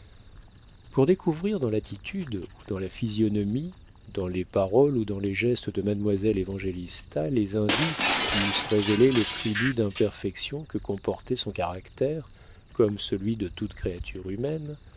pour découvrir dans l'attitude ou dans la physionomie dans les paroles ou dans les gestes de mademoiselle évangélista les indices qui eussent révélé le tribut